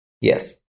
yes